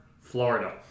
Florida